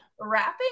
Wrapping